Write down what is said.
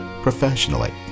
professionally